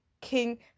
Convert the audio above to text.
king